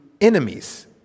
enemies